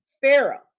Pharaoh